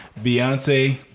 Beyonce